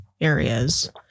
areas